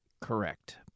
Correct